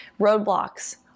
roadblocks